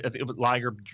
Liger